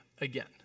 again